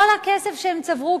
כל הכסף שהם צברו,